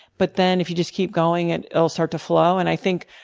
but then if you just keep going, it will start to flow. and i think,